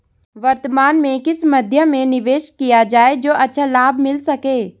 वर्तमान में किस मध्य में निवेश किया जाए जो अच्छा लाभ मिल सके?